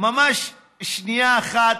ממש שנייה אחת.